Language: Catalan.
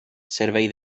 servei